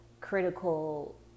critical